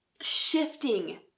shifting